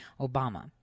Obama